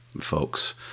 folks